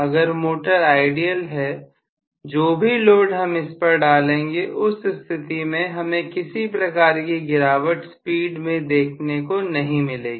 अगर motor ideal है जो भी लोड हम इस पर डालेंगे उस स्थिति में हमें किसी प्रकार की गिरावट स्पीड में देखने को नहीं मिलेगी